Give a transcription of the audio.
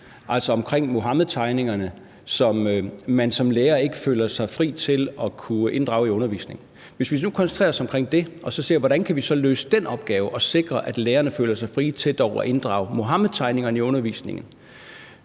altså omkring Muhammedtegningerne, som man som lærer ikke føler sig fri til at kunne inddrage i undervisningen, og hvis vi nu koncentrerer os om det og ser på, hvordan vi så kan løse den opgave og sikre, at lærerne dog føler sig frie til at inddrage Muhammedtegningerne i undervisningen,